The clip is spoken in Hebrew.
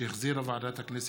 שהחזירה ועדת הכנסת.